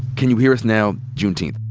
can you hear us now juneteenth,